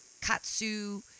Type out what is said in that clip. katsu